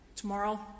Tomorrow